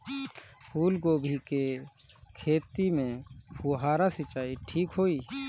फूल गोभी के खेती में फुहारा सिंचाई ठीक होई?